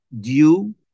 due